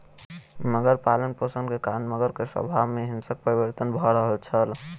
मगर पालनपोषण के कारण मगर के स्वभाव में हिंसक परिवर्तन भ रहल छल